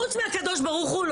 חוץ מהקדוש ברוך הוא,